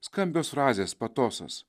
skambios frazės patosas